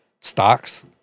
stocks